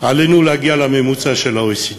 עלינו להגיע לממוצע של ה-OECD.